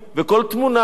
וכל תמונה,